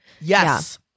Yes